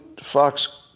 Fox